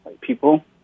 people